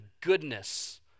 goodness